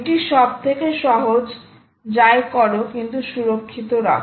এটি সব থেকে সহজ যাই করো কিন্তু সুরক্ষিত রাখ